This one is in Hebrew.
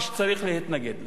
וצריך להתנגד לה.